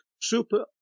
super